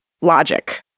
logic